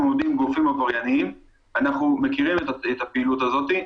אנחנו מכירים את הפעילות הזאת.